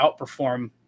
outperform